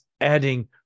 adding